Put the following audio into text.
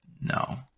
No